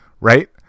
right